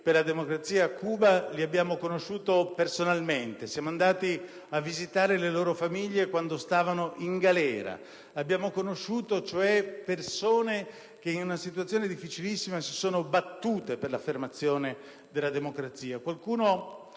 per la democrazia a Cuba li abbiamo conosciuti personalmente. Siamo andati a visitare le loro famiglie quando stavano in galera, abbiamo conosciuto persone che in una situazione difficilissima si sono battute per l'affermazione della democrazia.